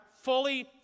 fully